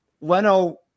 Leno